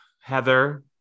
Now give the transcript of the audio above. Heather